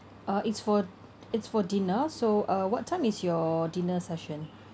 uh it's for it's for dinner so uh what time is your dinner session